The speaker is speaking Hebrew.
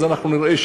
אז אנחנו נראה,